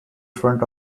front